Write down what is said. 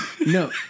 No